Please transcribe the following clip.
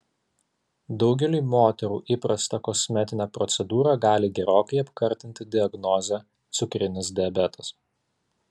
daugeliui moterų įprastą kosmetinę procedūrą gali gerokai apkartinti diagnozė cukrinis diabetas